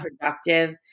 productive